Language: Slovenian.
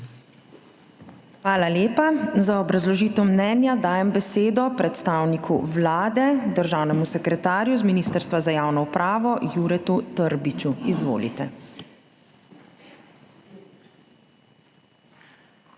Hvala lepa za obrazložitev mnenja. Dajem besedo predstavniku Vlade, državnemu sekretarju z Ministrstva za javno upravo, Juretu Trbiču. Izvolite.